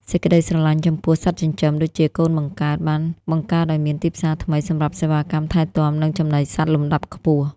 សេចក្ដីស្រឡាញ់ចំពោះ "សត្វចិញ្ចឹម" ដូចជាកូនបង្កើត បានបង្កើតឱ្យមានទីផ្សារថ្មីសម្រាប់សេវាកម្មថែទាំ និងចំណីសត្វលំដាប់ខ្ពស់។